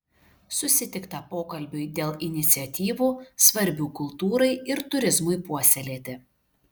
susitikta pokalbiui dėl iniciatyvų svarbių kultūrai ir turizmui puoselėti